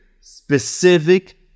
specific